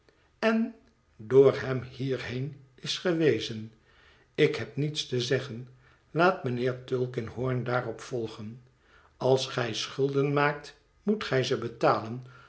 en door hem hierheen is gewezen ik heb niets te zeggen laat mijnheer tulkinghorn daarop volgen als gij schulden maakt moet gij ze betalen